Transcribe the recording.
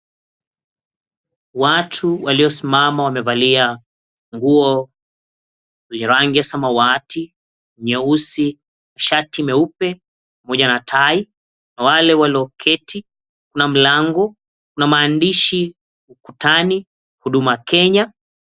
Watu waliosimama wamevalia nguo yenye rangi ya samawati, nyeusi, shati meupe pamoja na tai. Kuna wale walioketi, kuna mlango, kuna maandishi ukutani, Huduma Kenya.